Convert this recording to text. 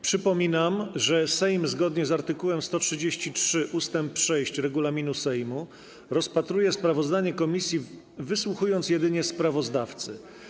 Przypominam, że Sejm, zgodnie z art. 133 ust. 6 regulaminu Sejmu, rozpatruje sprawozdanie komisji, wysłuchując jedynie sprawozdawcy.